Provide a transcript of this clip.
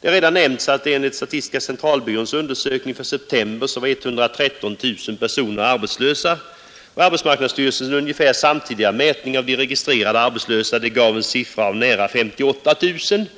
Det har redan nämnts att enligt statistiska centralbyråns undersökning för september 113 000 personer var arbetslösa. Arbetsmarknadsstyrelsens ungefär samtidiga mätning av de registrerade arbetslösa gav en siffra av nära 58 000.